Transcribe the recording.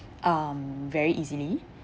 um very easily